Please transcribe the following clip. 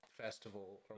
festival